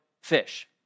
fish